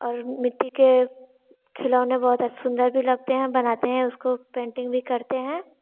और मिट्टी के खिलौने बहुत अछ सुंदर भी लगते हैं बनाते हैं उसको पेंटिंग भी करते हैं